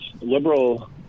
liberal